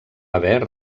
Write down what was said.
haver